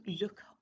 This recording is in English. look